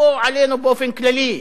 או עלינו באופן כללי,